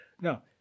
Now